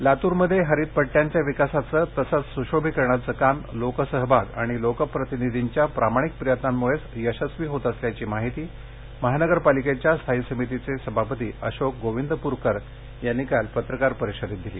लातूर लातूरमध्ये हरित पट्ट्यांच्या विकासाचं तसच सुशोभीकरणाचं काम लोकसहभाग आणि लोकप्रतिनिधींच्या प्रामाणिक प्रयत्नांमुळेच यशस्वी होत असल्याची माहिती महानगर पालिकेच्या स्थायी समितीचे सभापती अशोक गोर्विदपूरकर यांनी काल पत्रकार परिषदेत दिली